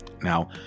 now